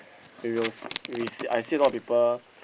we will s~ we s~ I see a lot of people